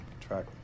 track